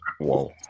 Whoa